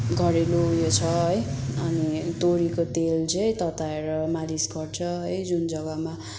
घरेलु उयो छ है अनि तोरीको तेल चाहिँ तताएर मालिस गर्छ है जुन जग्गामा